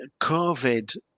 COVID